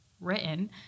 written